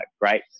great